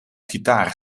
gitaar